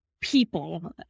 people